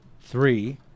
three